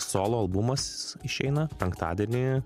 solo albumas išeina penktadienį